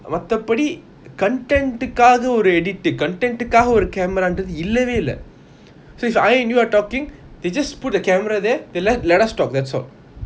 மத்தபடி:mathapadi content காக ஒரு:kaaga oru edit content காக ஒரு:kaaga oru camera ராதே இல்லவேய் இல்ல:rathey illavey illa so if I and you are talking they just put a camera there they le~ let us talk that's all